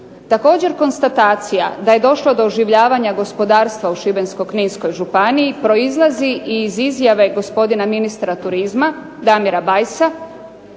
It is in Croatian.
Također konstatacija da je došlo do oživljavanja gospodarstva u Šibensko-kninskoj županiji proizlazi i iz izjave gospodina ministra turizma Damira Bajsa